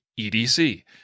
EDC